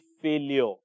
failure